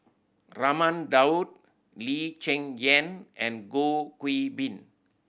Raman Daud Lee Cheng Yan and Goh Gui Bin